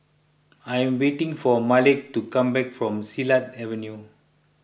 I am waiting for Malik to come back from Silat Avenue